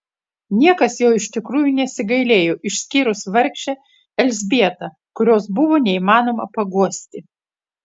niekas jo iš tikrųjų nesigailėjo išskyrus vargšę elzbietą kurios buvo neįmanoma paguosti